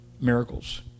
miracles